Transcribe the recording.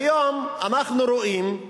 היום אנחנו רואים,